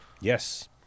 yes